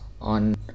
on